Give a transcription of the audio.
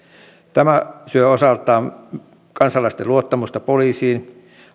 tämä syö osaltaan kansalaisten luottamusta poliisiin